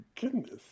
goodness